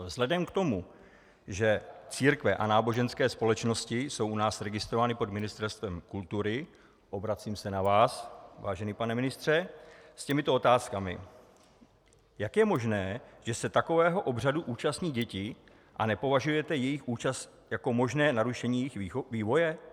Vzhledem k tomu, že církve a náboženské společnosti jsou u nás registrovány pod Ministerstvem kultury, obracím se na vás, vážený pane ministře, s těmito otázkami: Jak je možné, že se takového obřadu účastní děti, a nepovažujete jejich účast jako možné narušení vývoje?